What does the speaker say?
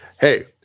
hey